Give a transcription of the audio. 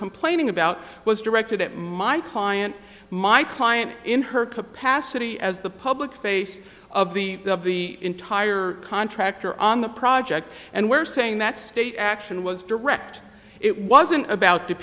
complaining about was directed at my client my client in her capacity as the public face of the of the entire contractor on the project and we're saying that state action was direct it wasn't about t